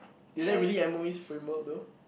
is that really M _O_Es framework though